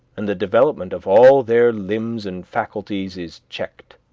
and the development of all their limbs and faculties is checked.